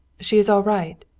she is all right?